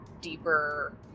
deeper